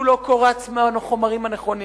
הוא לא קורץ מהחומרים הנכונים.